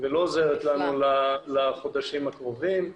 והיא לא עוזרת לנו לחודשים הקרובים.